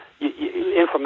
information